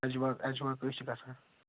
اجوا اجوا کٕہۍ چھِ گَژھان